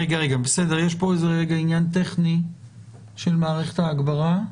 רגע, יש פה עניין טכני של מערכת ההגברה.